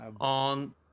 On